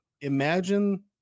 imagine